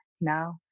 Now